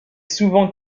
souvent